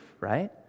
right